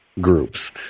groups